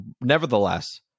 nevertheless